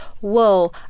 whoa